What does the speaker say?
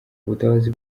ubutabazi